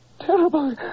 terrible